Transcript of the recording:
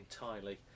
entirely